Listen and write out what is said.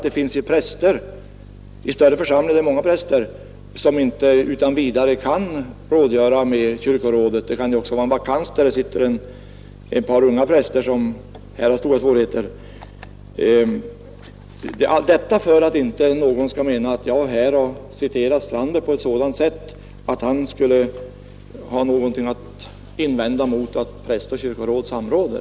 Det finns vidare präster, t.ex. i större församlingar som har många präster, som inte utan vidare kan rådgöra med kyrkorådet. Det kan också vara en vakant tjänst, där det sitter ett par unga präster som har stora svårigheter. Jag vill påpeka detta för att ingen skall anse att jag har citerat herr Strandberg på ett sådant sätt att det verkar som om han skulle ha något att invända mot att präst och kyrkoråd samråder.